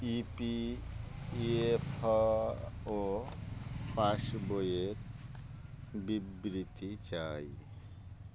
ই P F O পাসবইয়ের বিবৃতি চাই